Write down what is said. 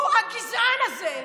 הוא, הגזען הזה,